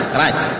right